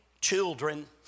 children